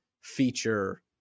feature